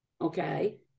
Okay